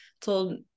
told